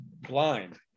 blind